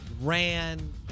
ran